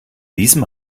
diesem